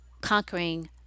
conquering